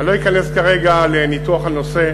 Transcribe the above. אני לא אכנס כרגע לניתוח הנושא.